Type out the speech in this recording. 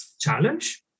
challenge